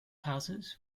houses